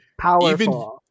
powerful